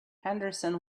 henderson